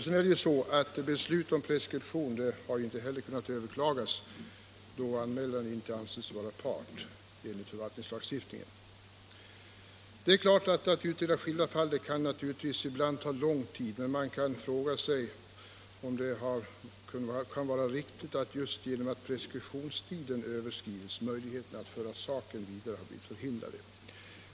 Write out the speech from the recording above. Vidare har beslut om preskription inte heller kunnat överklagas då anmälaren inte ansetts vara part enligt förvaltningslagstiftningen. Att utreda skilda fall kan naturligtvis ta lång tid ibland, men man undrar om det kan vara riktigt att just genom att preskriptionstiden överskridits möjligheten att föra saken vidare har blivit förhindrad.